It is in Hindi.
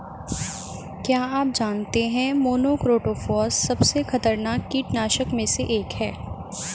क्या आप जानते है मोनोक्रोटोफॉस सबसे खतरनाक कीटनाशक में से एक है?